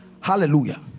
Hallelujah